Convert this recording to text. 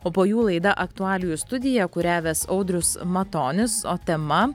o po jų laida aktualijų studija kurią ves audrius matonis o tema